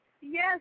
Yes